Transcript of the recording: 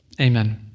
Amen